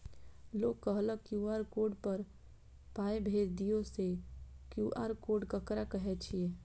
लोग कहलक QR code पर पाय भेज दियौ से क्यू.आर कोड ककरा कहै छै?